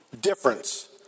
difference